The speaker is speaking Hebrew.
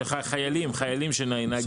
חיילים שנהגו בצבא.